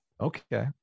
okay